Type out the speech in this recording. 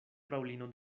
fraŭlino